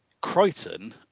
Crichton